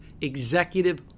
executive